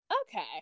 Okay